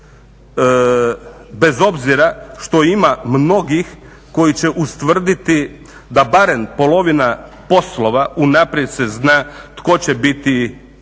bez obzira što ima mnogih koji će ustvrditi da barem polovina poslova unaprijed se zna tko će biti njihov